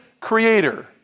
creator